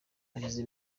hashize